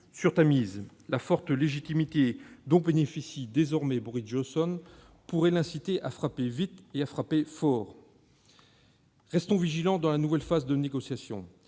sur Tamise ». La forte légitimité dont bénéficie désormais Boris Johnson pourrait l'inciter à frapper vite et fort. Restons vigilants dans la nouvelle phase de négociation.